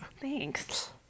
Thanks